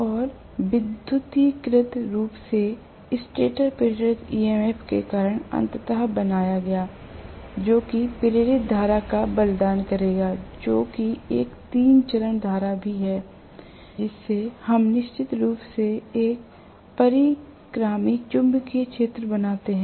और विद्युतीकृत रूप से स्टेटर प्रेरित EMF के कारण अंततः बनाया गया जो कि प्रेरित धारा का बलिदान करेगा जो कि एक तीन चरण धारा भी है जिससे हम निश्चित रूप से एक परिक्रामी चुंबकीय क्षेत्र बनाते हैं